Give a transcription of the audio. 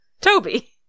Toby